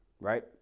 right